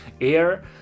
air